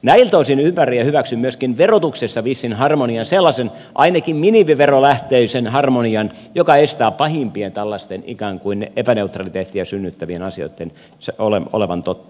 näiltä osin ymmärrän ja hyväksyn myöskin verotuksessa vissin harmonian sellaisen ainakin minimiverolähtöisen harmonian joka estää pahimpia tällaisia ikään kuin epäneutraliteettia synnyttäviä asioita olemasta totta